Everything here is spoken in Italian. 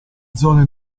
zone